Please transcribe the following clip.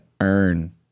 earn